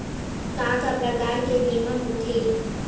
का का प्रकार के बीमा होथे?